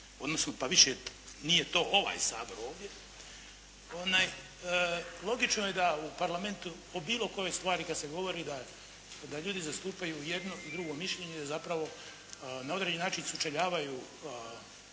odnosno pa više nije to ovaj Sabor ovdje. Logično je u Parlamentu o bilo kojoj stvari kada se govori da ljudi zastupaju jedno i drugo mišljenje, zapravo na određeni način se sučeljavaju